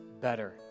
better